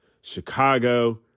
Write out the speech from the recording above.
Chicago